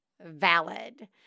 valid